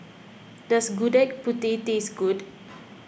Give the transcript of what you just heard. does Gudeg Putih taste good